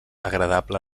agradable